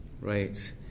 Right